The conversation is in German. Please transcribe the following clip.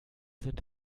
sind